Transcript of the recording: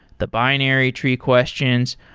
the binary tree questions,